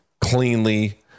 cleanly